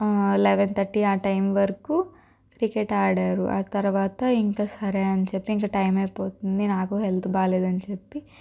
eleven thirty ఆ time వరకు cricket ఆడారు ఆ తర్వాత ఇంక సరే అని చెప్పి ఇంక టైమయిపోతుంది నాకూ హెల్త్ బాగోలేదని చెప్పి